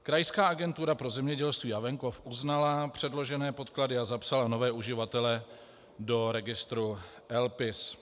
Krajská agentura pro zemědělství a venkov uznala předložené podklady a zapsala nové uživatele do registru LPIS.